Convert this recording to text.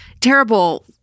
terrible